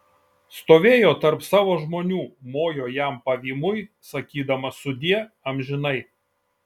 stovėjo tarp savo žmonių mojo jam pavymui sakydama sudie amžinai